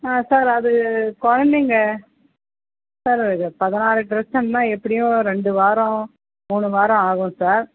ஆ sir அது குழந்தைங்க sir இது பதினாறு ட்ரெஸ் இருந்தா எப்படியும் ரெண்டு வாரம் மூணு வாரம் ஆகும் சார்